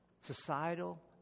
societal